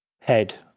head